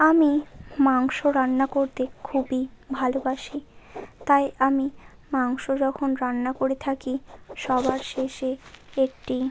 আমি মাংস রান্না করতে খুবই ভালোবাসি তাই আমি মাংস যখন রান্না করে থাকি সবার শেষে একটি